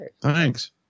Thanks